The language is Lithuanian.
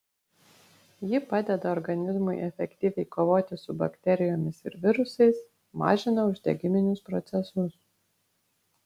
ji padeda organizmui efektyviai kovoti su bakterijomis ir virusais mažina uždegiminius procesus